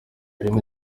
rimwe